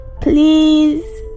please